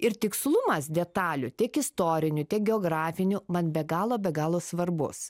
ir tikslumas detalių tiek istorinių tiek geografinių man be galo be galo svarbus